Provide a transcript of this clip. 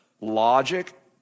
logic